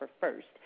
first